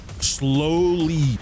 slowly